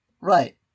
right